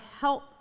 help